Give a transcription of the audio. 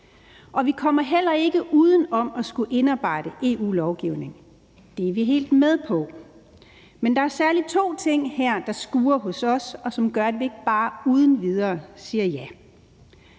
Og vi kommer heller ikke uden om at skulle indarbejde EU-lovgivning. Det er vi helt med på, men der er særlig to ting her, der skurrer hos os, og som gør, at vi ikke bare uden videre siger ja.